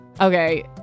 Okay